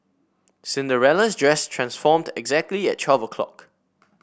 Cinderella's dress transformed exactly at twelve o'clock